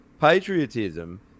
patriotism